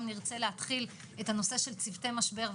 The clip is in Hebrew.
נרצה להתחיל את הנושא של צוותי משבר,